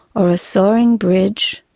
or a soaring bridge,